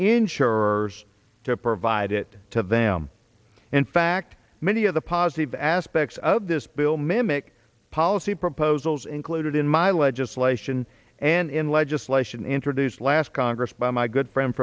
insurers to provide it to them in fact many of the positive aspects of this bill mimic policy proposals included in my legislation and in legislation introduced last congress by my good friend